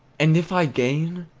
and if i gain,